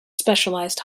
specialized